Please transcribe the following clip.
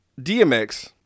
DMX